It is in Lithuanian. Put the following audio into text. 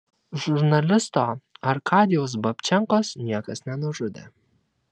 žurnalisto arkadijaus babčenkos niekas nenužudė